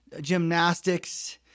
gymnastics